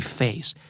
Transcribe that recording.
face